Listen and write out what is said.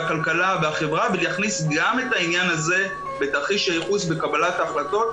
הכלכלה והחברה ולהכניס גם את העניין הזה בתרחיש הייחוס בקבלת ההחלטות,